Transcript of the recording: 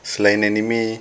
selain anime